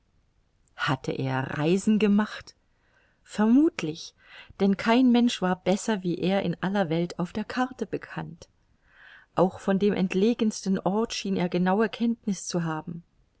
hatte er reisen gemacht vermuthlich denn kein mensch war besser wie er in aller welt auf der karte bekannt auch von dem entlegensten ort schien er genaue kenntniß zu haben